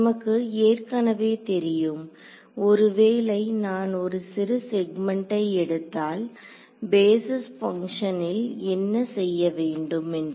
நமக்கு ஏற்கனவே தெரியும் ஒரு வேளை நான் ஒரு சிறு செக்மண்டை எடுத்தால் பேஸிஸ் பங்ஷனில் என்ன செய்ய வேண்டும் என்று